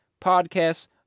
podcasts